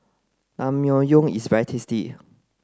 Naengmyeon is very tasty